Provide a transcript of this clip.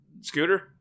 scooter